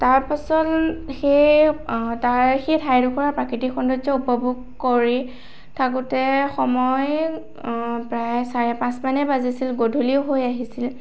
তাৰ পাছত সেই তাৰ সেই ঠাইডোখৰৰ প্ৰাকৃতিক সৌন্দৰ্য উপভোগ কৰি থাকোঁতে সময় প্ৰায় চাৰে পাঁচ মানে বাজিছিল গধূলিও হৈ আহিছিল